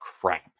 crap